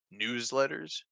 newsletters